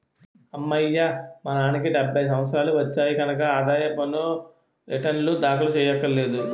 అమ్మయ్యా మా నాన్నకి డెబ్భై సంవత్సరాలు వచ్చాయి కనక ఆదాయ పన్ను రేటర్నులు దాఖలు చెయ్యక్కర్లేదు